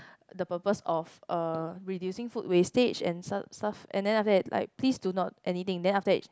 the purpose of uh reducing food wastage and some stuff and then after that it's like please do not anything then after that